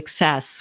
success